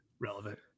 Relevant